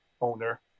owner